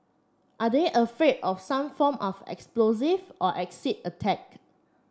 are they afraid of some form of explosive or acid attack